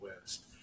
West